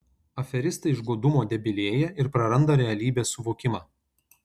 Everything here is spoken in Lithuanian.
aferistai iš godumo debilėja ir praranda realybės suvokimą